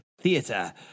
Theater